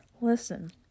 Listen